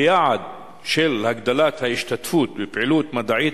3. ביעד של "הגדלת ההשתתפות בפעילות מדעית